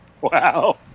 Wow